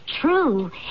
true